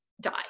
die